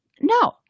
No